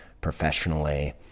professionally